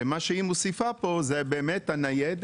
ומה שהיא מוסיפה פה זה באמת הניידת,